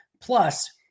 Plus